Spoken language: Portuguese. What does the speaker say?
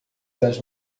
das